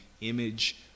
image